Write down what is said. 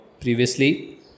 previously